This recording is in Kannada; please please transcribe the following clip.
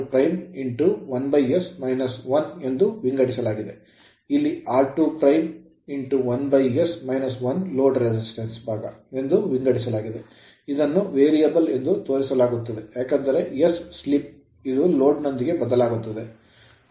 r2 s ನ್ನು r2 r2 1s - 1 ಎಂದು ವಿಂಗಡಿಸಲಾಗಿದೆ ಇಲ್ಲಿ ಆರ್2 1ಎಸ್ 1 ಲೋಡ್ resistance ರೆಸಿಸ್ಟೆನ್ಸ್ ಭಾಗ ಎಂದು ವಿಂಗಡಿಸಲಾಗಿದೆ ಇದನ್ನು variable ವೇರಿಯಬಲ್ ಎಂದು ತೋರಿಸಲಾಗುತ್ತದೆ ಏಕೆಂದರೆ s slip ಸ್ಲಿಪ್ ಇದು ಲೋಡ್ ನೊಂದಿಗೆ ಬದಲಾಗುತ್ತ ಇರುತ್ತದೆ